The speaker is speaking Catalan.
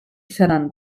seran